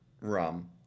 rum